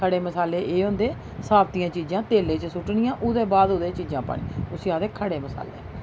खड़े मसाले एह् होंदे साब्तियां चीजां तेलै च सु'ट्टनियां ओह्दे बाद ओह्दे च चीजां पानियां उसी आखदे खड़े मसाले